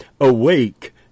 Awake